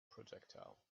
projectile